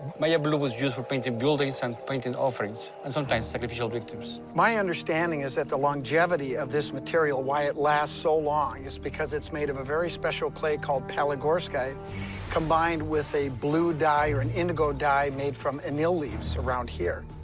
maya blue was used for painting buildings and painting offerings and sometimes sacrificial victims. my understanding is that the longevity of this material, why it lasts so long, is because it's made of a very special clay called palygorskite combined with a blue dye or an indigo dye made from anil leaves around here.